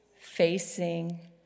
Facing